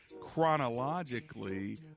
chronologically